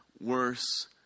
worse